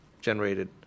generated